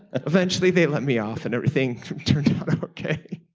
eventually they let me off and everything turned out okay.